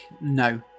no